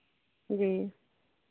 जी